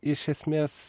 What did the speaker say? iš esmės